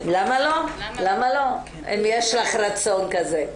למה לא, אם יש לך רצון כזה.